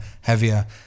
heavier